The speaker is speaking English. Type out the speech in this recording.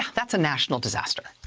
that's a national disaster.